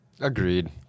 Agreed